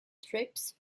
trips